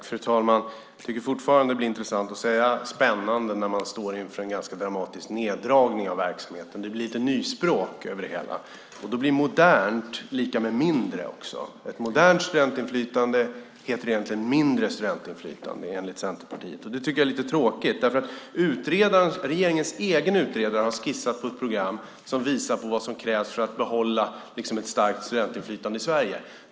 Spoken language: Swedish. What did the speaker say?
Fru talman! Jag tycker fortfarande att det blir intressant att säga "spännande" när man står inför en ganska dramatisk neddragning av verksamheten. Det blir lite nyspråk över det hela. Då blir också modernt lika med mindre. Ett modernt studentinflytande heter egentligen mindre studentinflytande, enligt Centerpartiet. Det tycker jag är lite tråkigt. Regeringens egen utredare har nämligen skissat på ett program som visar på vad som krävs för att behålla ett starkt studentinflytande i Sverige.